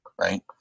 right